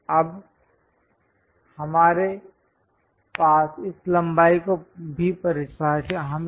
अब हमारे पास इस लंबाई को भी परिभाषित करना है